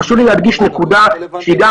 חשוב לי להדגיש נקודה שהיא,